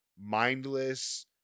mindless